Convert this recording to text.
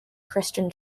christian